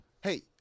Hey